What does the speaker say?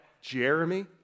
Jeremy